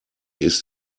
ist